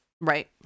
Right